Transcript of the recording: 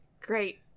Great